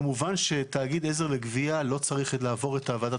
כמובן שתאגיד עזר לגבייה לא צריך לעבור את ועדת